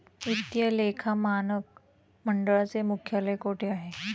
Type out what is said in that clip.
वित्तीय लेखा मानक मंडळाचे मुख्यालय कोठे आहे?